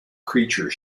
creature